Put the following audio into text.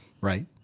right